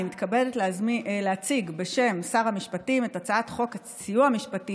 אני מתכבדת להציג בשם שר המשפטים את הצעת חוק הסיוע המשפטי